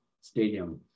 stadium